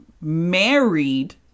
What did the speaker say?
married